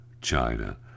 China